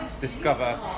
discover